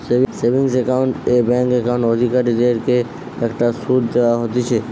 savings account এ bank account অধিকারীদের কে একটা শুধ দেওয়া হতিছে